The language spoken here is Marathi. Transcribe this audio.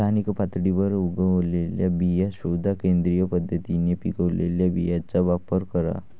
स्थानिक पातळीवर उगवलेल्या बिया शोधा, सेंद्रिय पद्धतीने पिकवलेल्या बियांचा वापर करा